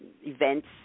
events